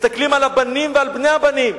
מסתכלים על הבנים ועל בני הבנים.